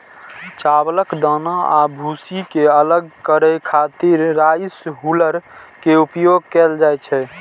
चावलक दाना आ भूसी कें अलग करै खातिर राइस हुल्लर के उपयोग कैल जाइ छै